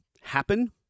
happen